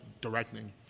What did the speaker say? directing